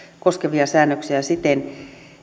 koskevia säännöksiä siten